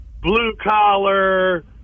blue-collar